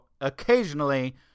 occasionally